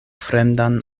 fremdan